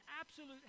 absolute